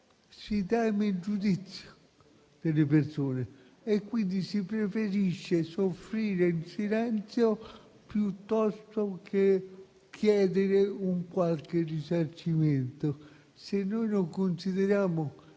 si teme il giudizio delle persone, quindi si preferisce soffrire in silenzio piuttosto che chiedere qualche risarcimento.